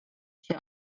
się